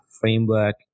framework